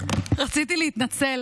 רציתי להתנצל